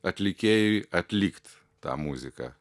atlikėjui atlikt tą muziką